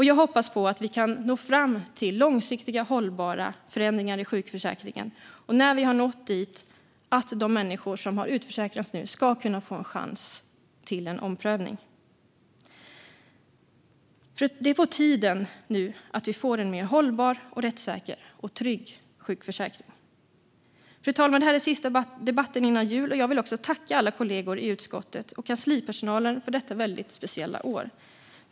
Jag hoppas att vi kan nå fram till långsiktiga och hållbara förändringar i sjukförsäkringen och, när vi har nått dit, att de människor som har utförsäkrats ska kunna få en chans till en omprövning. Det är på tiden att vi nu får en mer hållbar, rättssäker och trygg sjukförsäkring. Fru talman! Det här är sista debatten före jul, och jag vill tacka alla kollegor i utskottet och kanslipersonalen för detta väldigt speciella år.